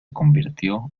convirtió